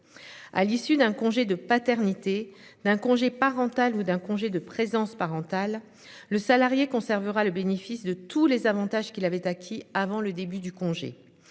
À l'issue d'un congé de paternité d'un congé parental ou d'un congé de présence parentale le salarié conservera le bénéfice de tous les avantages qu'il avait acquis avant le début du congé.